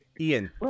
Ian